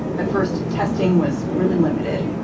at first, testing was really limited,